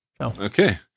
Okay